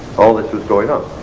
all this was going on.